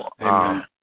Amen